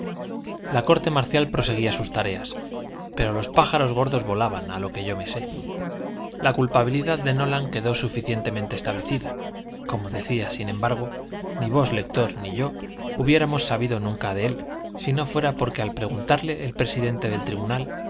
la corte marcial proseguía sus tareas pero los pájaros gordos volaban a lo que yo me sé la culpabilidad de nolan quedó suficientemente establecida como decía sin embargo ni vos lector ni yo hubiéramos sabido nunca de él si no fuera porque al preguntarle el presidente del tribunal